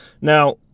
Now